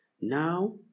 Now